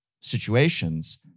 situations